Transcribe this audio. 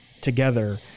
together